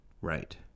right